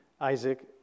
Isaac